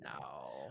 no